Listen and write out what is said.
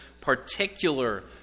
particular